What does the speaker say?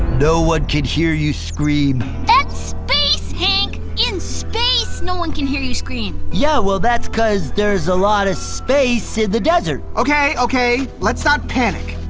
no one can hear you scream. that's space, hank! in space no one can hear you scream. yeah, well, that's cause there's a lot of space in the desert. okay, okay, let's not panic.